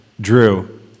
Drew